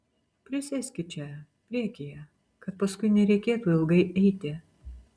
prisėskit čia priekyje kad paskui nereikėtų ilgai eiti